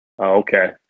okay